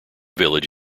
village